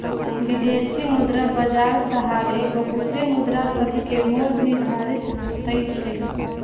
विदेशी मुद्रा बाजार सहारे बहुते मुद्रासभके मोल निर्धारित होतइ छइ